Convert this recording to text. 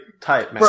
type